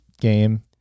game